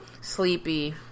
Sleepy